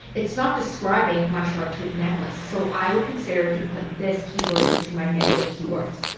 it's not describing my shark tooth necklace. so i would consider to put this keyword into my negative keywords.